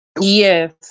Yes